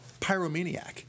pyromaniac